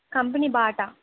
company Bata